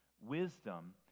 Wisdom